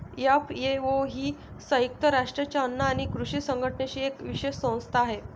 FAO ही संयुक्त राष्ट्रांच्या अन्न आणि कृषी संघटनेची एक विशेष संस्था आहे